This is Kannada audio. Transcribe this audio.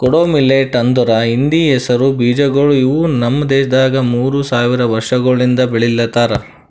ಕೊಡೋ ಮಿಲ್ಲೆಟ್ ಅಂದುರ್ ಹಿಂದಿ ಹೆಸರು ಬೀಜಗೊಳ್ ಇವು ನಮ್ ದೇಶದಾಗ್ ಮೂರು ಸಾವಿರ ವರ್ಷಗೊಳಿಂದ್ ಬೆಳಿಲಿತ್ತಾರ್